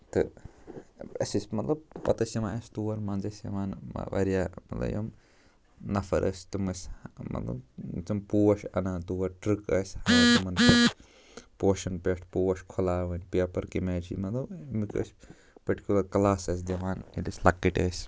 تہٕ أسۍ ٲسۍ مطلب پتہٕ ٲسۍ اَسہِ یوان تور منٛزٕ ٲسۍ یِوان واریاہ مطلب یِم نفر ٲسۍ تِم ٲسۍ مطلب تِم پوش اَنان تور ٹرٛک ٲسۍ پوشَن پٮ۪ٹھ پوش کھُلاوٕںۍ پیپَر کَمہِ آیہِ چھِ مطلب امیُک ٲسۍ پٔٹِکیوٗلَر کلاس ٲسۍ دِوان ییٚلہِ أسۍ لۅکٕٹۍ ٲسۍ